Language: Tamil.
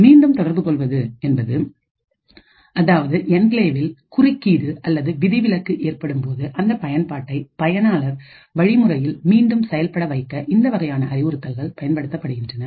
மீண்டும் தொடர்வது என்பது அதாவது என்கிளேவில்குறுக்கீடு அல்லது விதிவிலக்கு ஏற்படும்போது அந்த பயன்பாட்டை பயனாளர் வழிமுறையில் மீண்டும் செயல்பட வைக்க இந்த வகையான அறிவுறுத்தல் பயன்படுகின்றது